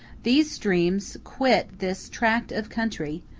these streams quit this tract of country,